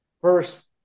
first